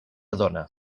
dona